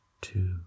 two